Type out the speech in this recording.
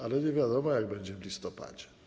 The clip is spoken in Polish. Ale nie wiadomo, jak będzie w listopadzie.